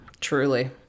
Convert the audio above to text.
Truly